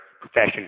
profession